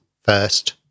first